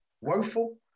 woeful